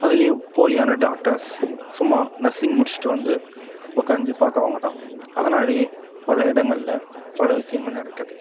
அதுலையும் போலியான டாக்டர்ஸ் சும்மா நர்சிங் முடிச்சிட்டு வந்து உக்காஞ்சி பார்க்குறவுங்க தான் அதனாலயே பல இடங்களில் பல விஷயங்கள் நடக்குது